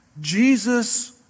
Jesus